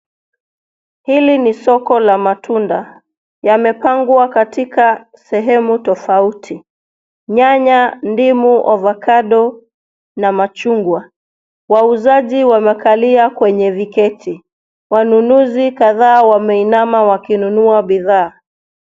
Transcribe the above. Hili ni soko la matunda. Yamepangwa katika sehemu tofauti. Nyanya, ndimu, ovakado na machungwa. Wauzaji wamekalia kwenye viketi. Wanunuzi kadhaa wameinama wakinunua bidhaa.